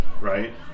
right